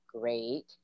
great